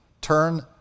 turn